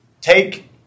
take